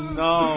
no